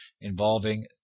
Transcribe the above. involving